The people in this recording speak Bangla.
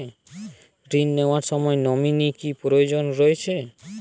ঋণ নেওয়ার সময় নমিনি কি প্রয়োজন রয়েছে?